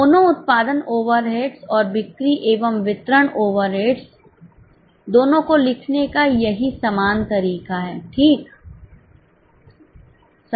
दोनों उत्पादन ओवरहेड्स और बिक्री एवं वितरण ओवरहेड्स दोनों को लिखने का यही समान तरीका है ठीक समझ रहे हैं